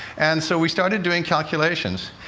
and so we started doing calculations.